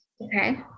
Okay